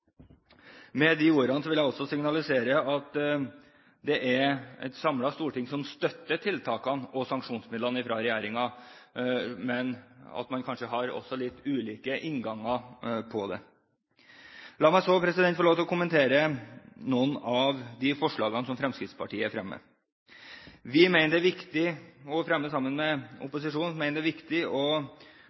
Med de ordene vil jeg også signalisere at det er et samlet storting som støtter tiltakene og sanksjonsmidlene fra regjeringen, men at man kanskje har litt ulike innganger på det. La meg så få lov til å kommentere noen av de forslagene som Fremskrittspartiet fremmer. Vi mener det er viktig, og fremmer forslag om, at oppfølgingsplaner må sendes inn tidlig, og så tidlig som mulig. Det